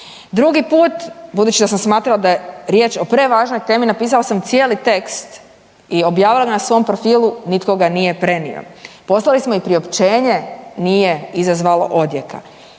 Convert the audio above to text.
Drugi put budući da sam smatrala da je riječ o prevažnoj temi napisala sam cijeli tekst i objavila na svom profilu, nitko ga nije prenio. Poslali smo i priopćenje, nije izazvalo odjeka.